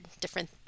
different